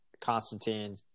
Constantine